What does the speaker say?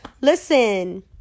listen